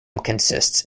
consists